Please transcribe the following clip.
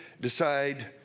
decide